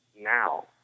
now